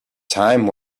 time